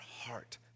heart